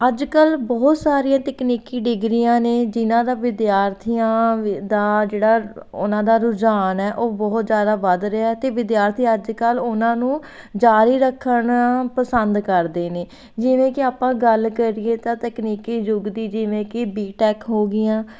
ਅੱਜ ਕੱਲ੍ਹ ਬਹੁਤ ਸਾਰੀਆਂ ਤਕਨੀਕੀ ਡਿਗਰੀਆਂ ਨੇ ਜਿਨ੍ਹਾਂ ਦਾ ਵਿਦਿਆਰਥੀਆਂ ਦਾ ਜਿਹੜਾ ਉਹਨਾਂ ਦਾ ਰੁਝਾਨ ਹੈ ਉਹ ਬਹੁਤ ਜ਼ਿਆਦਾ ਵਧ ਰਿਹਾ ਅਤੇ ਵਿਦਿਆਰਥੀ ਅੱਜ ਕੱਲ੍ਹ ਉਹਨਾਂ ਨੂੰ ਜਾਰੀ ਰੱਖਣਾ ਪਸੰਦ ਕਰਦੇ ਨੇ ਜਿਵੇਂ ਕੀ ਆਪਾਂ ਗੱਲ ਕਰੀਏ ਤਾਂ ਤਕਨੀਕੀ ਯੁੱਗ ਦੀ ਜਿਵੇਂ ਕਿ ਬੀਟੈਕ ਹੋ ਗਈਆਂ